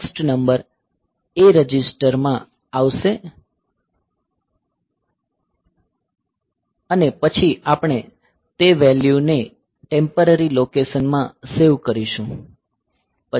next number A register માં આવશે અને પછી આપણે તે વેલ્યુને ટેમ્પરરી લોકેશન માં સેવ કરીશું